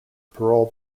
parole